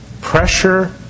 pressure